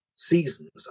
seasons